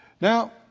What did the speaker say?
Now